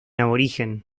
aborigen